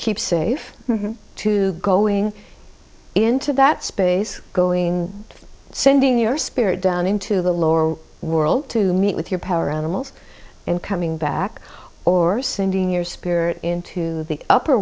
keep safe to go in into that space going sending your spirit down into the lower world to meet with your power animals and coming back or sending your spirit into the upper